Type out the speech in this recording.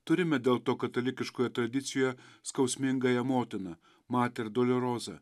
turime dėl to katalikiškoje tradicijoje skausmingąją motiną mater dolioroza